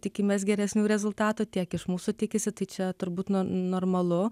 tikimės geresnių rezultatų tiek iš mūsų tikisi tai čia turbūt normalu